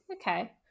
Okay